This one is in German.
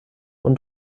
und